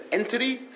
entity